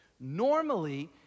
normally